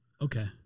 Okay